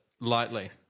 lightly